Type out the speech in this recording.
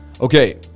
Okay